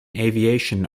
aviation